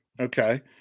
Okay